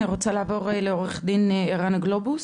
אני רוצה לעבור לעורך דין ערן גלובוס.